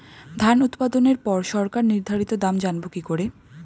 ধান উৎপাদনে পর সরকার নির্ধারিত দাম জানবো কি করে?